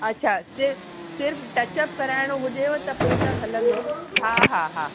अच्छा सि सिर्फ़ु टचअप कराइणो हुजेव त पोइ त हलंदो हा हा हा